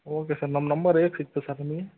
okay sir ನಮ್ಮ number ಹೇಗೆ ಸಿಕ್ತು ಸರ್ ನಿಮಗೆ